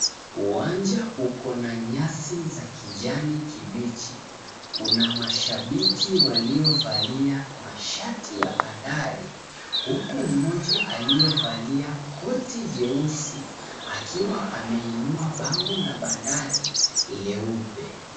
Uwanja ukona nyasi za kijani kibichi una mashabiki waliovalia, mashati ya bandari huku mmoja aliyevalia koti jeusi akiwa ameinua bango la bandari leupe.